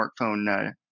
smartphone